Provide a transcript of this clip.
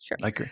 Sure